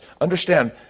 Understand